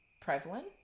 prevalent